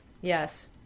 Yes